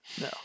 No